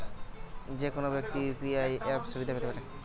যেকোনো ব্যাক্তি কি ইউ.পি.আই অ্যাপ সুবিধা পেতে পারে?